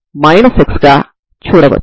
కనుక ఇది 0 కి అనుగుణంగా ఉంటుంది